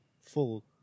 full